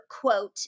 quote